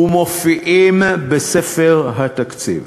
ומופיעים בספר התקציב.